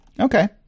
Okay